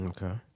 Okay